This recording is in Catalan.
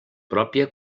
pròpia